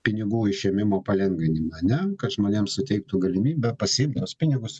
pinigų išėmimo palengvinimą ane kad žmonėms suteiktų galimybę pasiimt tuos pinigus